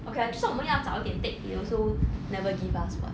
okay lah 就算我们要早一点 take they also never give us [what]